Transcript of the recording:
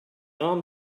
arm